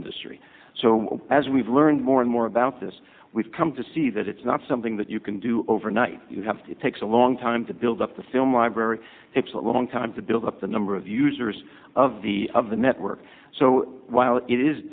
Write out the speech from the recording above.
industry so as we've learned more and more about this we've come to see that it's not something that you can do overnight you have to take a long time to build up the film library it's a long time to build up the number of users of the of the network so while it is